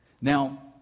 now